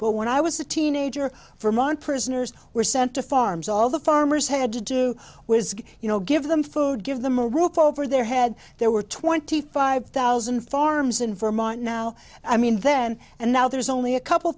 but when i was a teenager from our prisoners were sent to farms all the farmers had to do was you know give them food give them a roof over their head there were twenty five thousand farms in vermont now i mean then and now there's only a couple